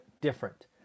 different